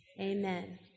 amen